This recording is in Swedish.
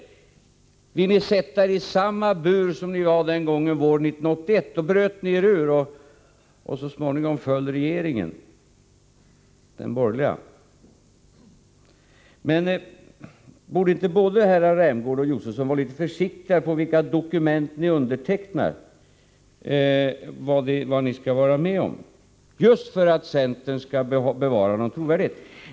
Vill ni sätta er i samma bur som den ni satt i vid det aktuella tillfället våren 1981? Då bröt ni er till yttermera visso ur, och så småningom föll den borgerliga regeringen. Borde inte herrarna Rämgård och Josefson vara litet försiktigare när det gäller valet av de dokument som ni undertecknar — det gäller ju vad ni skall vara med om eller inte — just för att centern skall bevara sin trovärdighet?